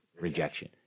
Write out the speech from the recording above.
rejection